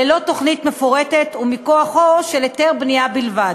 ללא תוכנית מפורטת ומכוחו של היתר בנייה בלבד.